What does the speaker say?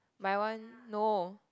mine one no